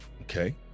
okay